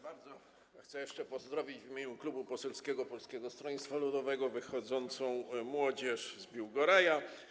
Bardzo chcę jeszcze pozdrowić w imieniu Klubu Parlamentarnego Polskiego Stronnictwa Ludowego wychodzącą młodzież z Biłgoraja.